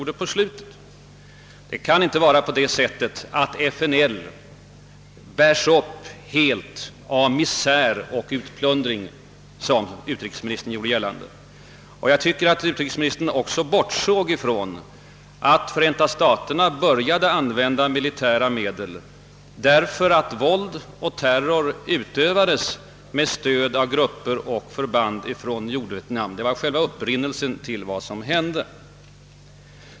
Det förhåller sig inte på det sättet att FNL bärs upp helt »av misär och utplundring», som utrikesministern gjorde gällande. Jag tycker att utrikesministern också bortsåg från att Förenta staterna började använda militära medel därför att våld och terror utövades i Sydvietnam med stöd av grupper och förband från Nordvietnam. Det var själva upprinnelsen till vad som sedan hänt.